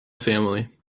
family